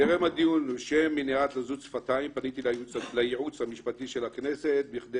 טרם הדיון ולשם מניעת לזות שפתיים פניתי לייעוץ המשפטי של הכנסתך כדי